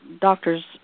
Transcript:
doctors